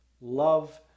Love